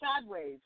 sideways